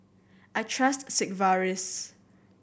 I trust Sigvaris